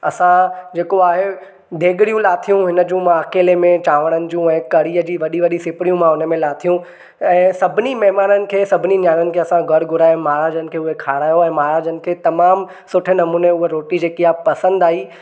असां जेको आहे देगरियूं लाथियूं हिन जूं मां अकेले में चांवर जूं ऐ कढ़ीअ जी वॾी वॾी सिपड़ियूं मां हुन में लाथियूं ऐं सभिनी महिमान खे सभिनी न्याणियूं खे असां घरु घुराए महाराजनि खे हुआ खारायो ऐं महाराजनि खे तमामु सुठे नमूने उहे रोटी जेकी आहे पसंदि आई